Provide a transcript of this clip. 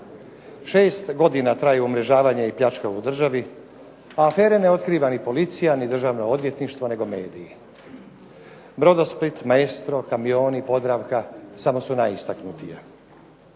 6 godina traje umrežavanje i pljačka u državi, a afere ne otkriva ni policija, ni Državno odvjetništvo, nego mediji. "Brodosplit", "Maestro", kamioni, "Podravka" samo su najistaknutija.